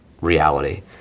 reality